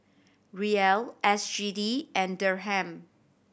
Riel S G D and Dirham